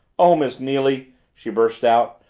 oh, miss neily, she burst out.